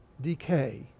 decay